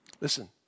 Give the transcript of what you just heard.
listen